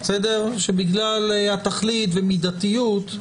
שבגלל התכלית ומדתיות,